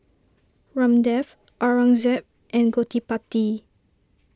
Ramdev Aurangzeb and Gottipati